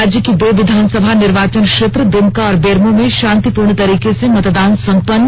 राज्य की दो विधानसभा निर्वाचन क्षेत्र द्मका और बेरमो में शांतिपूर्ण तरीके से मतदान संपन्न